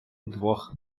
вдвох